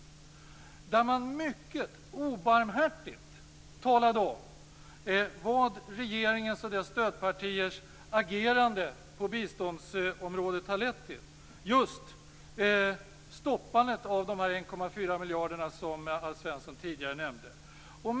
Där talade man mycket obarmhärtigt om vad regeringens och dess stödpartiers agerande på biståndsområdet har lett till - just stoppandet av de 1,4 miljarder som Alf Svensson tidigare nämnde.